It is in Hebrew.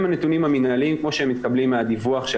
הם הנתונים המנהליים כמו שהם מתקבלים מהדיווח של